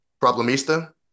Problemista